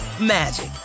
magic